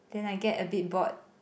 then I get a bit bored